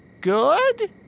good